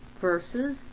verses